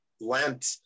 Lent